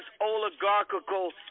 oligarchical